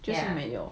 居然没有